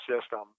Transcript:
system